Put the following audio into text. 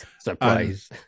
Surprise